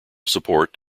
support